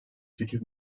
sekiz